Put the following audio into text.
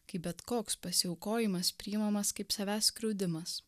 kai bet koks pasiaukojimas priimamas kaip savęs skriaudimas